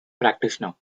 practitioner